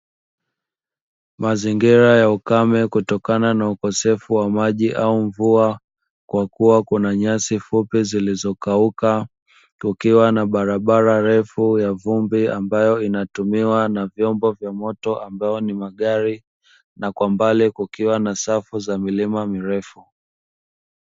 Mazingira ya ukame kutokana na ukosefu wa maji au mvua kwa kuwa kuna nyasi fupi zilizokauka kukiwa na barabara refu ya vumbi ambayo inatumiwa na vyombo vya moto, ambayo ni magari na kwa mbali kukiwa na safu za milima mirefu.